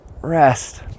rest